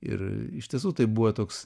ir iš tiesų tai buvo toks